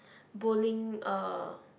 bowling uh